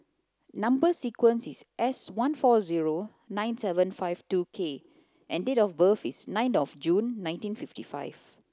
number sequence is S one four zero nine seven five two K and date of birth is nine of June nineteen fifty five